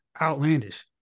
outlandish